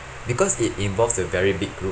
because it involves a very big group